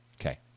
okay